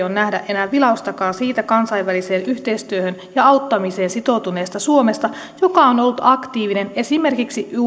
on nähdä enää vilaustakaan siitä kansainväliseen yhteistyöhön ja auttamiseen sitoutuneesta suomesta joka on ollut aktiivinen esimerkiksi